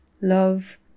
love